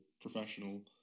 professional